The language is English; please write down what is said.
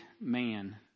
man